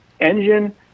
engine